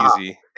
Easy